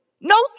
No